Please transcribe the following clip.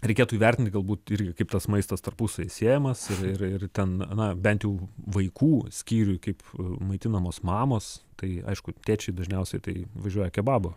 reikėtų įvertinti galbūt irgi kaip tas maistas tarpusavy siejamas ir ir ten na bent jau vaikų skyriuj kaip maitinamos mamos tai aišku tėčiai dažniausiai tai važiuoja kebabų